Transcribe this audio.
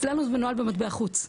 אצלנו זה מנוהל במטבע חוץ,